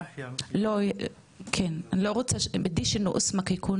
בגלל שאני להט"ב,